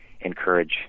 encourage